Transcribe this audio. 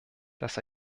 das